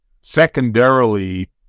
secondarily